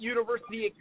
University